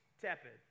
tepid